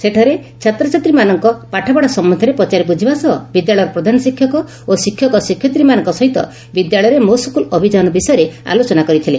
ସେଠାରେ ଛାତ୍ରମାନଙ୍କ ପାଠପଢ଼ା ସମ୍ୟନ୍ଧରେ ପଚାରି ବୁଝିବା ସହ ବିଦ୍ୟାଳୟର ପ୍ରଧାନଶିକ୍ଷକ ଓ ଶିକ୍ଷକ ଶିକ୍ଷୟିତ୍ରୀମାନଙ୍କ ସହିତ ବିଦ୍ୟାଳୟରେ ମୋ ସ୍କୁଲ୍ ଅଭିଯାନ ବିଷୟରେ ଆଲୋଚନା କରିଥିଲେ